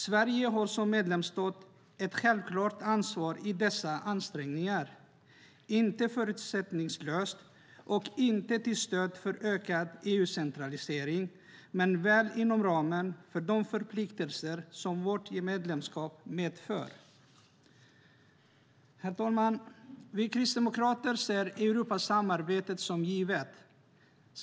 Sverige har som medlemsstat ett självklart ansvar i dessa ansträngningar. Det är inte förutsättningslöst, och inte till stöd för ökad EU-centralisering, men väl inom ramen för de förpliktelser som vårt medlemskap medför. Herr talman! Vi kristdemokrater ser Europasamarbetet som givet.